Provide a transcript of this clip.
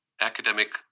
academic